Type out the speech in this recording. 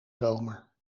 zomer